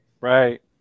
Right